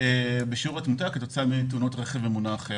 מאוד בשיעור התמותה כתוצאה מתאונות רכב ממונע אחר.